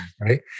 right